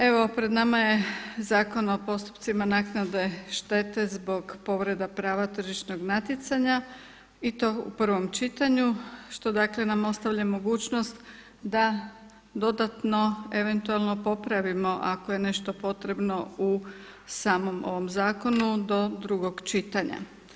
Evo pred nama je Zakon o postupcima naknade štete zbog povreda prava tržišnog natjecanja i to u prvom čitanju što dakle nam ostavlja mogućnost da dodatno eventualno popravimo ako je nešto potrebno u samom ovom zakonu do drugog čitanja.